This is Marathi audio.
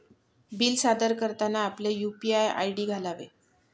बिल सादर करताना आपले यू.पी.आय आय.डी घालावे